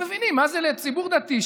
ולא מבינים מה זה לציבור דתי,